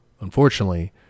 unfortunately